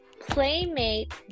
Playmate